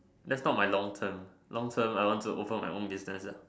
that's not my long term long term I want to open my business ah